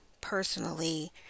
personally